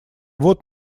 вот